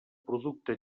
producte